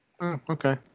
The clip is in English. Okay